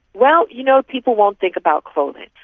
well you know, people won't think about clothing,